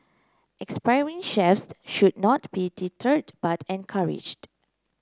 expiring chefs should not be deterred but encouraged